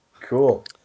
Cool